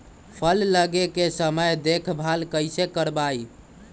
फल लगे के समय देखभाल कैसे करवाई?